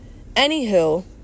Anywho